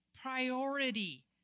priority